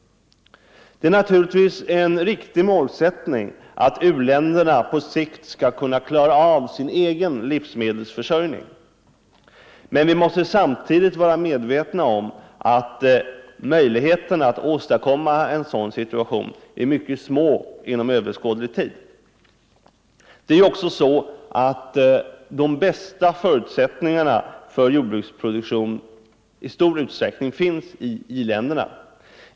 Det är naturligtvis en riktig målsättning att u-länderna på sikt skall kunna klara sin egen livsmedelsförsörjning. Men vi måste samtidigt vara medvetna om att möjligheterna att åstadkomma en sådan situation är mycket små inom överskådlig tid. Det är ju också så att de bästa förutsättningarna för jordbruksproduktion i stor utsträckning finns i i-länderna.